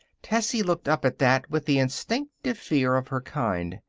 tessie looked up at that with the instinctive fear of her kind.